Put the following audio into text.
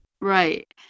Right